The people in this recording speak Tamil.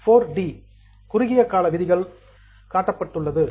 4 இல் குறுகிய கால விதிகள் காட்டப்பட்டுள்ளது